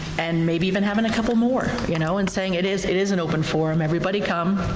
and maybe even having a couple more, you know, and saying it is it is an open forum, everybody come.